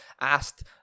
asked